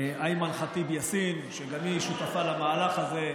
אימאן ח'טיב יאסין, שגם היא שותפה למהלך הזה,